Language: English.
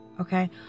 Okay